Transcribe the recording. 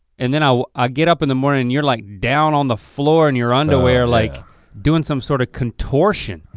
and then i ah get up in the morning and you're like down on the floor in your underwear like doing some sort of contortion.